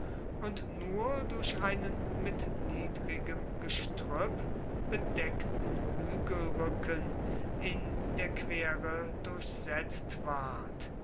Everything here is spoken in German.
und nur durch einen mit niedrigem gestrüpp bedeckten hügelrücken in der quere durchsetzt ward